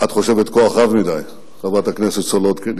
את חושבת, כוח רב מדי, חברת הכנסת סולודקין.